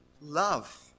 love